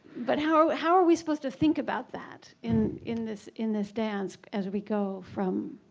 but how how are we supposed to think about that in in this in this dance as we go from?